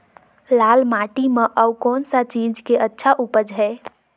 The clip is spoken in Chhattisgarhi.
लाल माटी म अउ कौन का चीज के अच्छा उपज है?